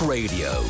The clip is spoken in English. Radio